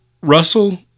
russell